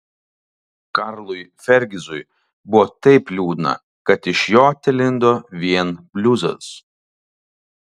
karlui fergizui buvo taip liūdna kad iš jo telindo vien bliuzas